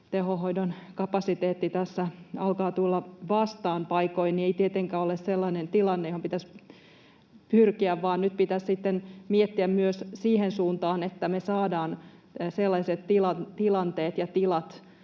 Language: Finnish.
tehohoidon kapasiteetti tässä alkaa tulla vastaan paikoin, ei tietenkään ole sellainen tilanne, johon pitäisi pyrkiä, vaan nyt pitäisi miettiä myös siihen suuntaan, että me saadaan sellaiset tilanteet ja tilat,